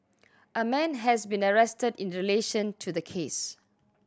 a man has been arrested in relation to the case